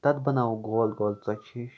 تَتھ بناوو گول گول ژۄچہِ ہِش